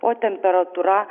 o temperatūra